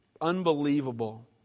unbelievable